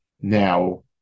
Now